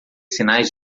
sinais